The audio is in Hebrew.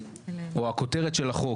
או הכותרת של החוק,